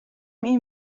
این